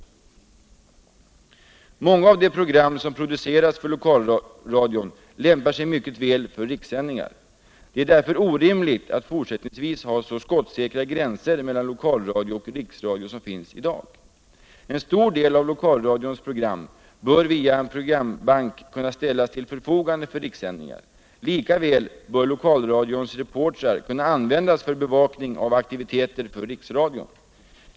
Radions och televisionens fortsatta Många av de program som produceras för lokalradion lämpar sig mycket väl för rikssändningar. Det är därför orimligt att fortsättningsvis ha så vattentäta skott mellan lokalradio och riksradio som finns i dag. En stor det av lokalradions program bör via en programbank kunna ställas till förfogande för rikssändningar. Likaväl bör lokalradions reportrar kunna användas för bevakning av aktiviteter för riksradion.